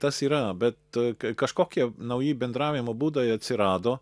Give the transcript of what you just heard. tas yra bet kai kažkokie nauji bendravimo būdai atsirado